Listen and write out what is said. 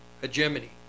hegemony